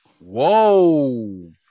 whoa